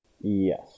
Yes